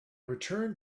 returned